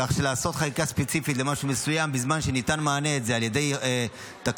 כך שלעשות חקיקה ספציפית למשהו מסוים בזמן שניתן מענה על ידי תקנות,